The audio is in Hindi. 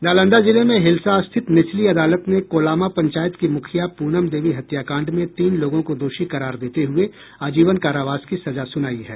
नालंदा जिले में हिलसा स्थित निचली अदालत ने कोलामा पंचायत की मुखिया प्रनम देवी हत्याकांड में तीन लोगों को दोषी करार देते हुए आजीवन कारावास की सजा सुनायी है